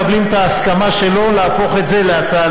אנחנו מקבלים את ההסכמה שלו להפוך את הצעת